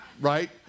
right